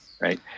right